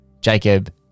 Jacob